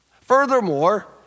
Furthermore